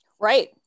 Right